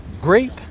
grape